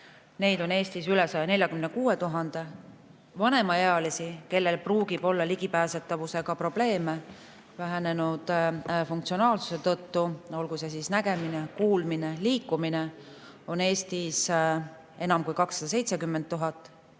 puue, on Eestis üle 146 000. Vanemaealisi, kellel võib olla ligipääsetavusega probleeme vähenenud funktsionaalsuse tõttu, olgu see nägemine, kuulmine või liikumine, on Eestis enam kui 270 000.